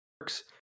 works